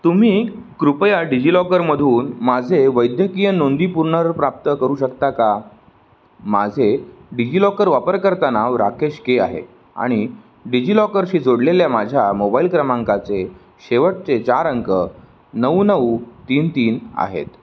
तुम्ही कृपया डिजि लॉकरमधून माझे वैद्यकीय नोंदी पुनर्प्राप्त करू शकता का माझे डिजि लॉकर वापरकर्ता नाव राकेश के आहे आणि डिजि लॉकरशी जोडलेल्या माझ्या मोबाईल क्रमांकाचे शेवटचे चार अंक नऊ नऊ तीन तीन आहेत